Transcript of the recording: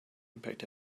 impact